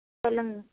சொல்லுங்கள்